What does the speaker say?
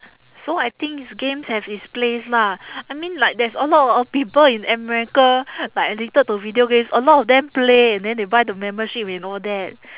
so I think games have its place lah I mean like there's a lot of people in america like addicted to video games a lot of them play and then they buy the membership and all that